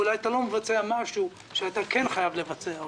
ואולי אתה לא מבצע משהו שאתה כן חייב לבצע אותו,